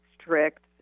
strict